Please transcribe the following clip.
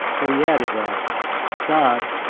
but he added, that god,